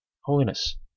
Holiness